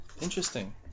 interesting